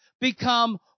become